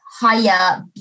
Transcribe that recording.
higher